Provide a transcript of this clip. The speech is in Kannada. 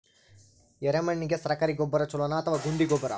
ಎರೆಮಣ್ ಗೆ ಸರ್ಕಾರಿ ಗೊಬ್ಬರ ಛೂಲೊ ನಾ ಅಥವಾ ಗುಂಡಿ ಗೊಬ್ಬರ?